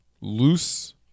loose